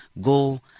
go